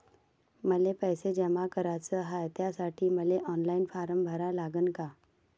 मले पैसे जमा कराच हाय, त्यासाठी मले ऑनलाईन फारम भरा लागन का?